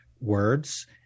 words